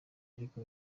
ariko